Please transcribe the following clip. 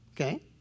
Okay